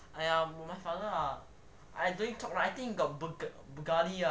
!aiya! my father ah I don't need talk ah I think got bugatti lah